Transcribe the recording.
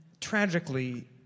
tragically